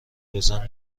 بزن